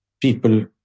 people